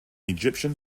egyptian